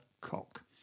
cock